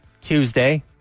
Tuesday